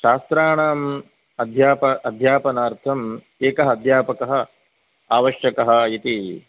छात्राणाम् अध्याप अध्यापनार्थम् एकः अध्यापकः आवश्यकः इति